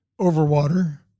overwater